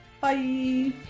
bye